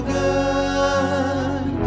good